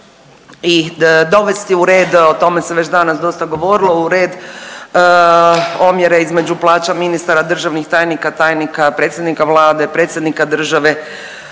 i dovesti u red, o tome sam već danas dosta govorilo u red omjere između plaća ministara, državnih tajnika, tajnika, predsjednika Vlade, Predsjednika države